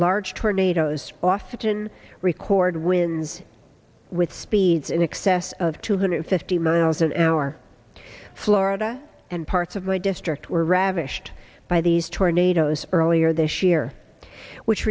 large tornadoes often record wins with speeds in excess of two hundred fifty miles an hour florida and parts of my district were ravished by these tornadoes earlier this year which